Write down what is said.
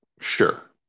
sure